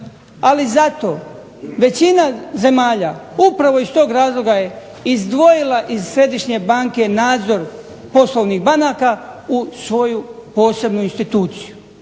Ali zato većina zemalja upravo iz tog razloga je izdvojila iz Središnje banke nadzor poslovnih banaka u svoju posebnu instituciju